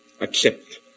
accept